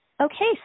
Okay